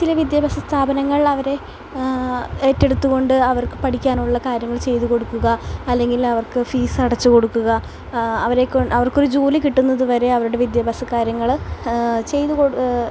ചില വിദ്യാഭ്യാസ സ്ഥാപനങ്ങൾ അവരെ ഏറ്റെടുത്തുകൊണ്ട് അവർക്ക് പഠിക്കാനുള്ള കാര്യങ്ങൾ ചെയ്തു കൊടുക്കുക അല്ലെങ്കിൽ അവർക്ക് ഫീസ് അടച്ചു കൊടുക്കുക അവരെക്കൊണ്ട് അവർക്കൊരു ജോലി കിട്ടുന്നത്തുവരെ അവരുടെ വിദ്യാഭ്യാസ കാര്യങ്ങൾ ചെയ്തു കൊടുക്കുക